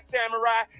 Samurai